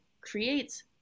creates